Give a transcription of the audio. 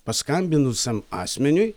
paskambinusiam asmeniui